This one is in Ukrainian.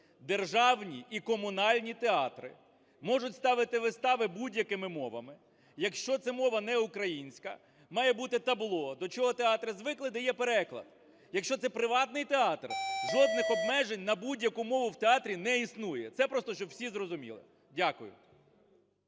державні і комунальні театри можуть ставити вистави будь-якими мовами. Якщо це мова не українська, має бути табло, до чого театри звикли, де є переклад. Якщо це приватний театр – жодних обмежень на будь-яку мову в театрі не існує. Це просто, щоб всі зрозуміли. Дякую.